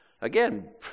Again